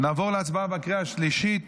נעבור להצבעה בקריאה השלישית